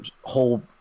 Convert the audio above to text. whole